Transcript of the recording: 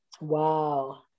Wow